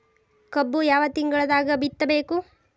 ಕಬ್ಬು ಯಾವ ತಿಂಗಳದಾಗ ಬಿತ್ತಬೇಕು?